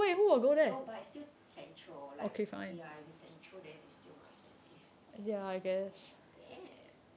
no but it's still central like ya if it's like central then it's still more expensive damn